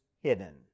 hidden